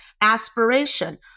aspiration